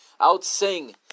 out-sing